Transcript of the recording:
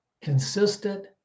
consistent